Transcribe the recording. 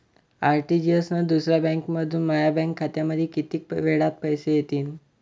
RTGS न दुसऱ्या बँकेमंधून माया बँक खात्यामंधी कितीक वेळातं पैसे येतीनं?